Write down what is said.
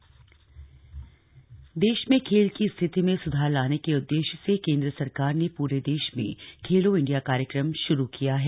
खेलो India देश में खेल की स्थिति में सुधार लाने के उद्देश्य से केन्द्र सरकार ने पूरे देश में खेलो इंडिया कार्यक्रम शुरू किया है